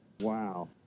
Wow